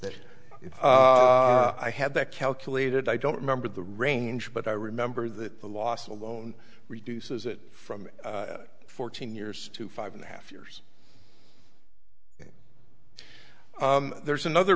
if i had that calculated i don't remember the range but i remember that the loss alone reduces it from fourteen years to five and a half years there's another